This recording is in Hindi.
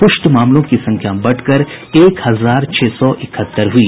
पुष्ट मामलों की संख्या बढ़कर एक हजार छह सौ इकहत्तर हुई